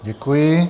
Děkuji.